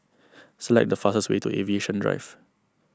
select the fastest way to Aviation Drive